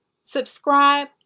subscribe